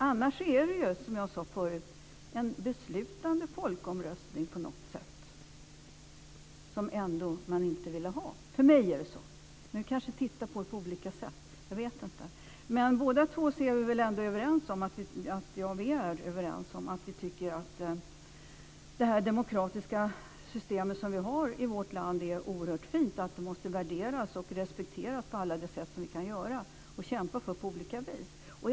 Annars är det ju en beslutande omröstning på något sätt, och det ville man ju inte ha. För mig är det så, men vi kanske ser på frågan på olika sätt. Vi är dock båda överens om att det demokratiska system som vi har i vårt land är oerhört fint och måste värderas och respekteras på alla tänkbara sätt. Vi måste kämpa för det på olika vis.